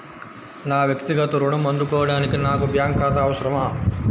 నా వక్తిగత ఋణం అందుకోడానికి నాకు బ్యాంక్ ఖాతా అవసరమా?